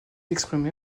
exprimé